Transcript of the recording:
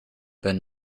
been